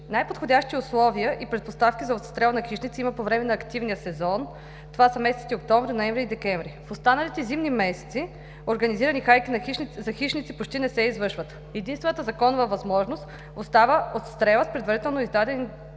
Най-подходящи условия и предпоставки за отстрел на хищници има по време на активния сезон. Това са месеците октомври, ноември и декември. В останалите зимни месеци организирани хайки за хищници почти не се извършват. Единствената законова възможност остава отстрелът в предварително издадени